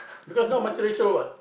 because now